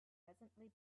presently